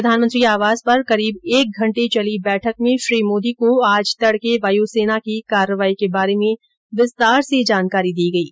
प्रधानमंत्री आवास पर करीब एक घंटे चली बैठक में श्री मोदी को आज तड़के वायू सेना की कार्रवाई के बारे में विस्तार से जानकारी दी गयी